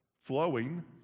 flowing